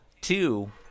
two